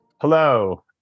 Hello